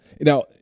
now